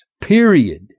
period